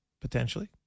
Potentially